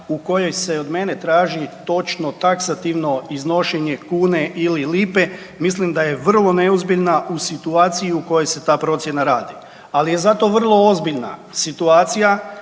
u kojoj se od mene traži točno, taksativno iznošenje kune ili lipe, mislim da je vrlo neozbiljna u situaciji u kojoj se ta procjena radi. Ali je zato vrlo ozbiljna situacija